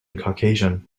caucasian